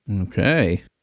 Okay